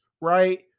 right